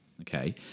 okay